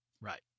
Right